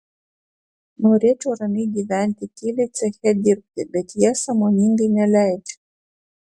norėčiau ramiai gyventi tyliai ceche dirbti bet jie sąmoningai neleidžia